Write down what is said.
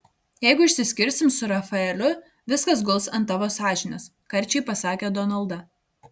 jeigu išsiskirsim su rafaeliu viskas guls ant tavo sąžinės karčiai pasakė donalda